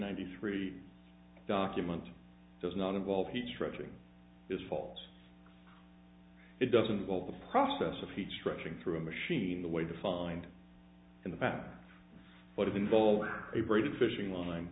ninety three document does not involve the stretching is false it doesn't involve the process of heat stretching through a machine the way defined in the past but it involves a braided fishing line